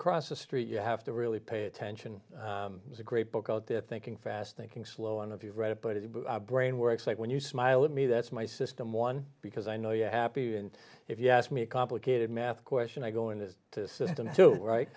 cross the street you have to really pay attention was a great book out there thinking fast thinking slow on of you've read it but it brain works like when you smile at me that's my system one because i know you're happy and if you ask me a complicated math question i go in the system to wri